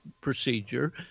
procedure